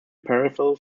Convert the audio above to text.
peripheral